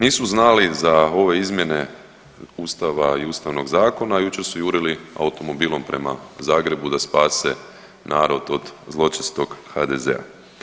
Nisu znali za ove izmjene Ustava i Ustavnog zakona, a jučer su jurili automobilom prema Zagrebu da spase narod od zločestog HDZ-a.